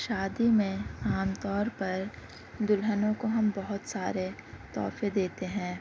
شادی میں عام طور پر دلہنوں کو ہم بہت سارے تحفے دیتے ہیں